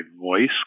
voice